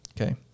Okay